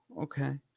okay